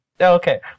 Okay